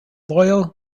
loyal